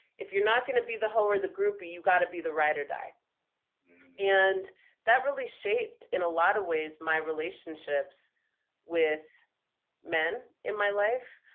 if you're not gonna be the hoe or the groupie you gotta be the ride-or-die. and that really shaped, in a lot of ways, my relationships with men in my life.